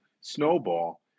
snowball